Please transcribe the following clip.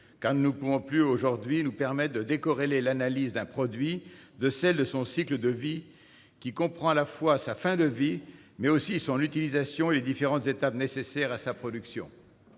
car nous ne pouvons plus aujourd'hui nous permettre de décorréler l'analyse d'un produit de celle de son cycle de vie, qui comprend à la fois sa fin de vie, son utilisation et les différentes étapes nécessaires à sa production.